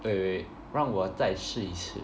wait wait 让我再试一次